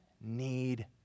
need